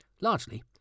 largely